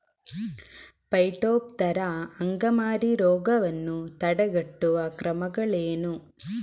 Phytophthora ಅಂಗಮಾರಿ ರೋಗವನ್ನು ತಡೆಗಟ್ಟುವ ಕ್ರಮಗಳೇನು?